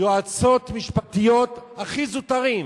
יועצות משפטיות הכי זוטרות,